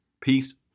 peace